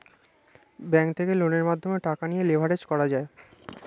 bank থেকে লোনের মাধ্যমে টাকা নিয়ে লেভারেজ করা যায়